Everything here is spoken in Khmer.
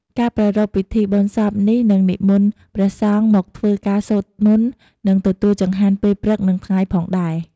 ការប្រារព្ធពិធីបុណ្យសពនេះនិងនិមន្តព្រះសង្ឃមកធ្វើការសូត្រមន្ត និងទទួលចង្ហាន់ពេលព្រឹកនិងថ្ងៃផងដែរ។